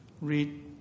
read